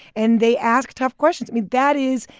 and they ask tough questions. i mean, that is,